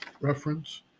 Reference